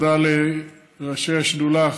תודה לראשי השדולה,